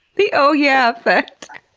the oh yeah effect.